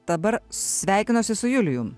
dabar sveikinuosi su julijum